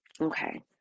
Okay